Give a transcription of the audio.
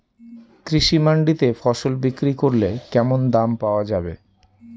কৃষি মান্ডিতে ফসল বিক্রি করলে কেমন দাম পাওয়া যাবে?